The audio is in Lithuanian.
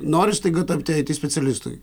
noriu staiga tapti it specialistui